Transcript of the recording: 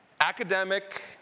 academic